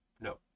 No